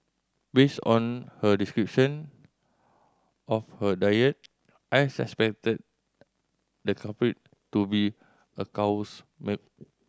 based on her description of her diet I suspected the the culprit to be a cow's milk